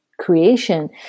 creation